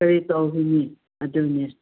ꯀꯔꯤ ꯇꯧꯒꯅꯤ ꯑꯗꯨꯅꯦ